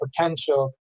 potential